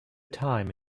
time